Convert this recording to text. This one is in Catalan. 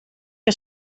que